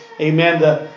Amen